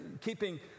keeping